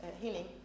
healing